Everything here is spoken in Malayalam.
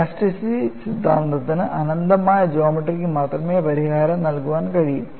ഇലാസ്റ്റിസിറ്റി സിദ്ധാന്തത്തിന് അനന്തമായ ജ്യോമട്രിക്ക് മാത്രമേ പരിഹാരം നൽകാൻ കഴിയൂ